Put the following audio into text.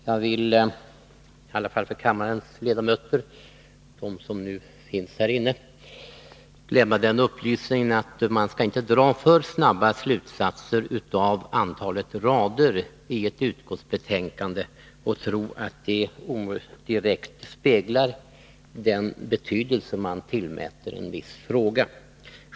Jag vill i alla fall för kammarens ledamöter — för dem som nu finns härinne — lämna den upplysningen att man inte skall dra för snabba slutsatser av antalet rader i ett utskottsbetänkande och tro att det direkt speglar den betydelse som utskottet tillmäter en viss fråga.